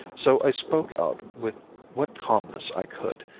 so i spoke out with what calmness i could,